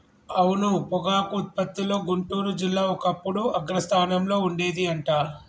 అవును పొగాకు ఉత్పత్తిలో గుంటూరు జిల్లా ఒకప్పుడు అగ్రస్థానంలో ఉండేది అంట